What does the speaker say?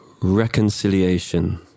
reconciliation